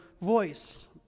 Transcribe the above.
voice